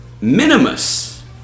minimus